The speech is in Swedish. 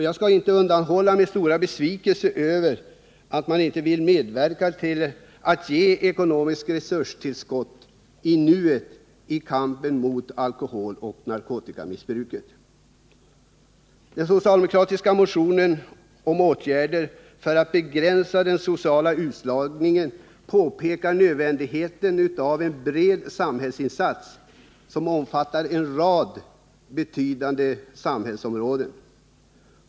Jag kan inte underlåta att uttala min stora besvikelse över att man inte vill medverka till att nu ge ett ekonomiskt resurstillskott i kampen mot alkoholoch narkotikamissbruket. Den socialdemokratiska motionen om åtgärder för att begränsa den sociala utslagningen pekar på nödvändigheten av en bred samhällsinsats, som omfattar en rad betydande samhällsområden.